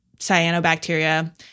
cyanobacteria